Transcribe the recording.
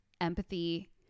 empathy